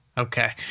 Okay